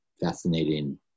fascinating